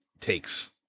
takes